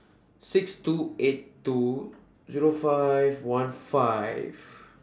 six two eight two Zero five one five